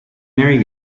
merry